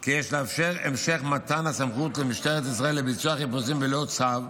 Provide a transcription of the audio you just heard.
כי יש לאפשר המשך מתן הסמכות למשטרת ישראל לביצוע חיפושים בלא צו,